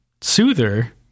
soother